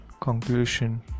Conclusion